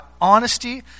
honesty